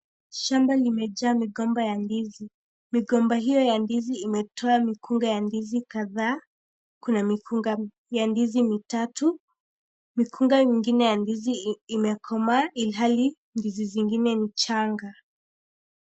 Shamba limejaa migomba ya ndizi. Migomba hiyo ya ndizi imetoa mikunga ya ndizi kadhaa. Kuna mikunga ya ndizi mitatu, mikunga ingine ya ndizi imekomaa ilhali ndizi zingine ni changa.